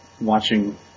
watching